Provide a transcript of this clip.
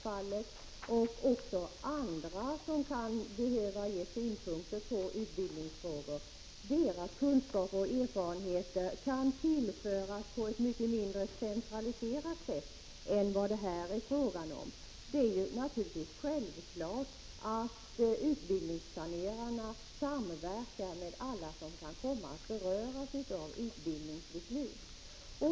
Skillnaden i våra synsätt är då att vi menar att synpunkter på utbildningsfrågor från arbetsmarknadens parter och från andra kan ges på ett mindre centraliserat sätt än vad det här är fråga om. Det är naturligtvis självklart att utbildningsplanerarna samverkar med alla som kan komma att beröras av utbildningsbeslut.